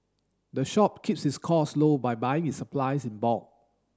the shop keeps its costs low by buying its supplies in bulk